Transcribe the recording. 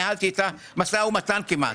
ניהלתי איתה משא ומתן כמעט.